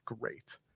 great